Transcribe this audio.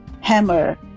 hammer